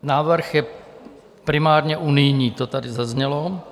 Návrh je primárně unijní, to tady zaznělo.